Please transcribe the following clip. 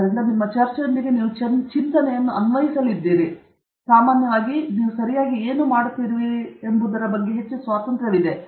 ಆದ್ದರಿಂದ ನಿಮ್ಮ ಚರ್ಚೆಯೊಂದಿಗೆ ನೀವು ಚಿಂತನೆಯನ್ನು ಅನ್ವಯಿಸಲಿದ್ದೀರಿ ಆದರೆ ಸಾಮಾನ್ಯವಾಗಿ ನೀವು ಸರಿಯಾಗಿ ಏನು ಮಾಡುತ್ತಿರುವಿರಿ ಎಂಬುದರ ಬಗ್ಗೆ ಹೆಚ್ಚು ಸ್ವಾತಂತ್ರ್ಯವಿದೆ